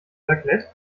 raclette